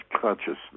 consciousness